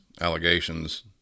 allegations